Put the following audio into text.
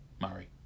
Murray